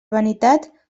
vanitat